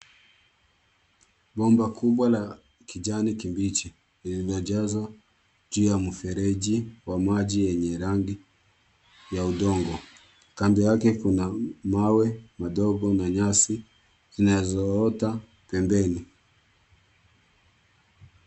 Bomba kubwa la kijani kibichi lililojazwa juu ya mfereji wa maji yenye rangi ya udongo. Kando yake kuna mawe madogo na nyasi zinazoota pembeni.